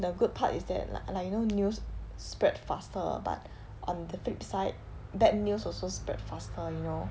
the good part is that like like you know news spread faster but on the flip side bad news also spread faster you know